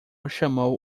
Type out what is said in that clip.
chamou